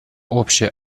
общая